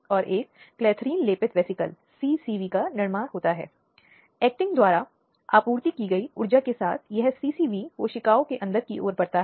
1987 का एक कानूनी सेवा प्राधिकरण है जो हर व्यक्ति को कानूनी सेवाओं से संपर्क करने के लिए केस दर्ज करने या बचाव करने का अधिकार देता है